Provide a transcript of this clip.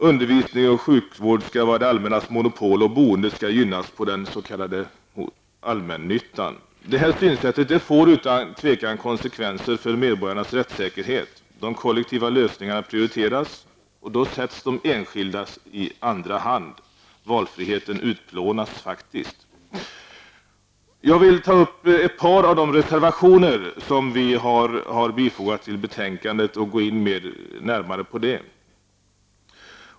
Undervisning och sjukvård skall vara det allmännas monopol. Boendet skall gynnas inom den s.k. allmännyttan. Detta synsätt får utan tvekan konsekvenser för medborgarnas rättssäkerhet. De kollektiva lösningarna prioriteras, och de enskildas intresse sätts i andra hand. Valfriheten utplånas faktiskt. Jag vill ta upp ett par av de reservationer som vi har fogat till betänkandet och gå in litet närmare på dem.